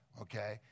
Okay